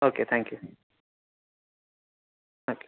okay thank you okay